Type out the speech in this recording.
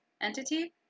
entity